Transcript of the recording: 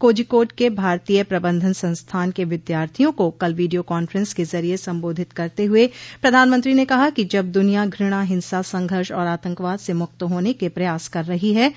कोझिकोड के भारतीय प्रबंधन संस्थान के विद्यार्थियों को कल वीडियो कांफ्रेंस के जरिये सम्बोधित करते हुए प्रधानमंत्री ने कहा कि जब दुनिया घूणा हिंसा संघर्ष और आतंकवाद से मुक्त होने के प्रयास कर रही है